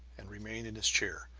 and remained in his chair.